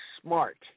smart